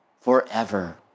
forever